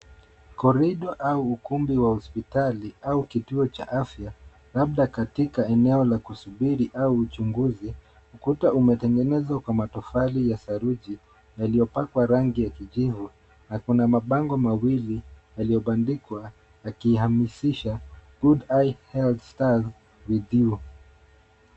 Corridor au ukumbi wa hospitali au kituo cha afya labda katika eneo la kusubiri au uchunguzi. Ukuta umetengenezwa kwa matofali ya saruji yaliyopakwa rangi ya kijivu na kuna mabango mawili yaliyobandikwa yakihamishia good eye health starts with you .